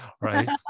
right